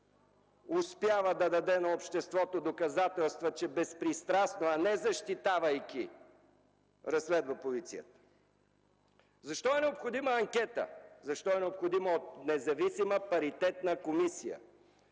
успява да даде на обществото доказателства, че безпристрастно, а не защитавайки, разследва полицията. Защо е необходима анкета? Защо е необходима независима паритетна комисия?